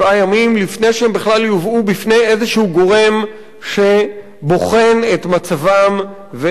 לפני שהם בכלל יובאו בפני גורם כלשהו שבוחן את מצבם ואת מעמדם.